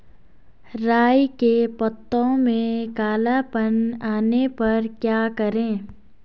राई के पत्तों में काला पन आने पर क्या करें?